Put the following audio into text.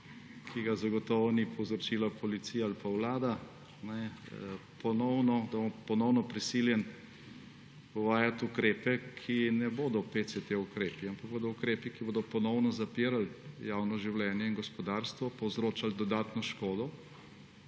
ki ga zagotovo nista povzročili policija ali pa vlada, bomo ponovno prisiljeni uvajati ukrepe, ki ne bodo ukrepi PCT, ampak bodo ukrepi, ki bodo ponovno zapirali javno življenje in gospodarstvo, povzročali dodatno škodo,